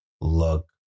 look